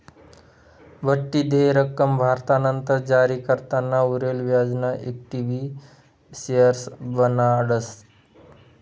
बठ्ठी देय रक्कम भरानंतर जारीकर्ताना उरेल व्याजना इक्विटी शेअर्स बनाडतस